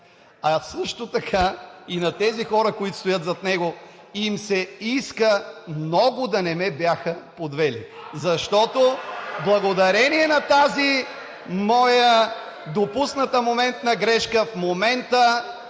а също така и на тези хора, които стоят зад него, много им се иска да не ме бяха подвели, защото благодарение на тази моя допусната моментна грешка в момента